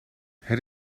het